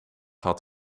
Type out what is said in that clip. had